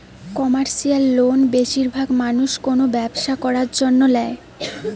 commercial loan বেশিরভাগ মানুষ কোনো ব্যবসা করার জন্য ল্যায়